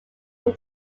from